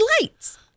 lights